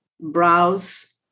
browse